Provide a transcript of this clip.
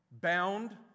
Bound